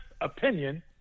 opinion